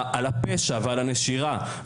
הפשע והנשירה בקרב ילדי העולים.